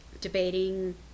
debating